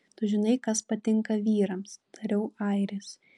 tu žinai kas patinka vyrams tariau airis